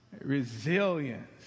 Resilience